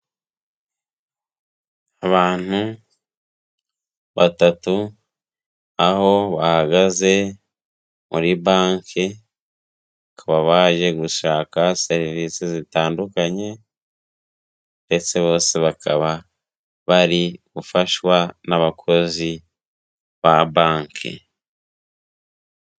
Abantu batatu aho bahagaze muri banke, bakaba baje gushaka serivise zitandukanye ndetse bose bakaba bari gufashwa n'abakozi ba banki.